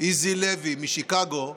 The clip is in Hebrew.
איזי לוי משיקגו,